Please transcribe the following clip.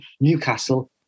Newcastle